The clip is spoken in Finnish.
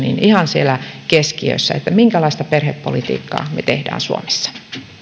ihan siellä keskiössä minkälaista perhepolitiikkaa me teemme suomessa